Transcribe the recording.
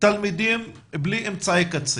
תלמידים בלי אמצעי קצה,